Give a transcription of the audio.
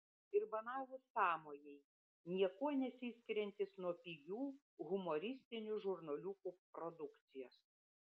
ir banalūs sąmojai niekuo nesiskiriantys nuo pigių humoristinių žurnaliukų produkcijos